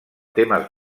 temes